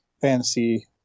fantasy